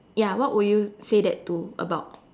ya what would you say that to about